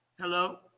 Hello